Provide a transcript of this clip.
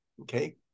Okay